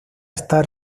está